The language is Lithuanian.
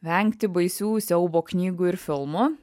vengti baisių siaubo knygų ir filmų